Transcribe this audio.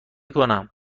کنم